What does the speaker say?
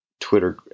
Twitter